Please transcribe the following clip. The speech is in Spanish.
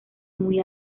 muy